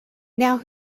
now